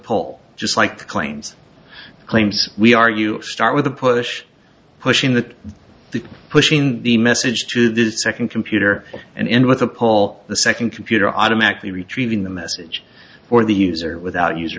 poll just like the claims claims we are you start with a push pushing the the pushing the message to the second computer and end with a pole the second computer automatically retrieving the message for the user without user